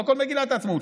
לא כל מגילת העצמאות,